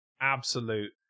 absolute